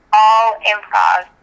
all-improv